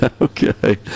Okay